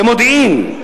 במודיעין,